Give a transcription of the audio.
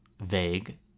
vague